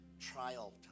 trial